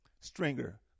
Stringer